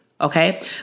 Okay